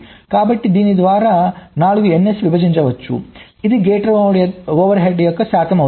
కాబట్టి దీని ద్వారా 4 ns విభజించవచ్చు ఇది గేట్ ఓవర్ హెడ్ శాతం అవుతుంది